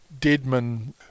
deadman